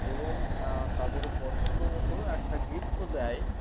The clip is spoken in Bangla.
এবং তাদের পছন্দমতো একটা গিফটও দেয়